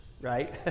right